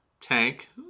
tank